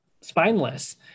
spineless